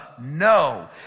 no